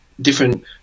different